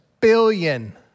billion